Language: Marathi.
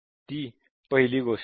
ती पहिली गोष्ट आहे